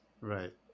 Right